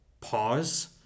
pause